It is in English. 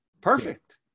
Perfect